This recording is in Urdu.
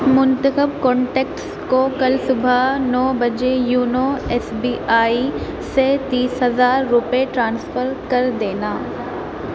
منتخب کانٹیکٹس کو کل صبح نو بجے یونو ایس بی آئی سے تیس ہزار روپئے ٹرانسفر کر دینا